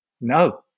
No